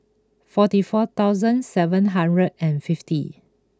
forty four thousand seven hundred and fifty